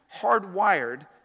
hardwired